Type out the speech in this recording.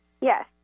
Yes